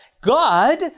God